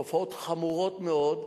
תופעות חמורות מאוד,